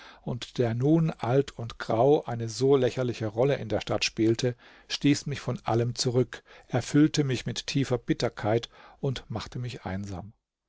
und der nun alt und grau eine so lächerliche rolle in der stadt spielte stieß mich von allem zurück erfüllte mich mit tiefer bitterkeit und machte mich einsam